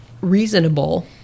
reasonable